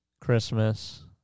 Christmas